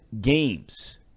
games